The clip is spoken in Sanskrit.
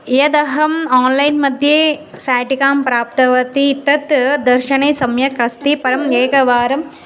यदहं आन्लैन् मद्ये शाटिकां प्राप्तवती तत् दर्शने सम्यक् अस्ति परम् एकवारं